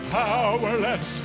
powerless